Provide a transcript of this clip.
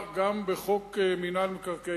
נלהב,